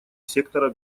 сектора